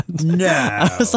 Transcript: no